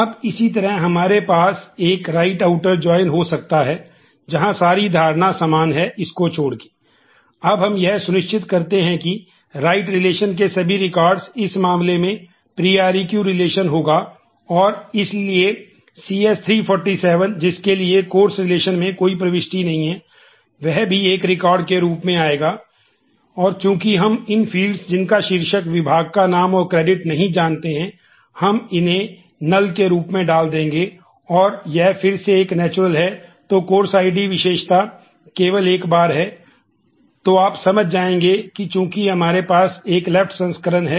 अब इसी तरह हमारे पास एक राइट आउटर जॉइन संस्करण है